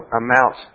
amount